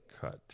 cut